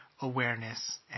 awareness